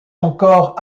encore